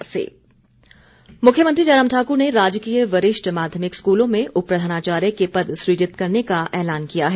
मुख्यमंत्री मुख्यमंत्री जयराम ठाकुर ने राजकीय वरिष्ठ माध्यमिक स्कूलों में उप प्रधानाचार्य के पद सूजित करने का ऐलान किया है